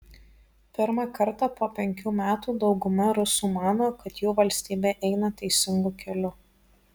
pirmą kartą po penkių metų dauguma rusų mano kad jų valstybė eina teisingu keliu